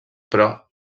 però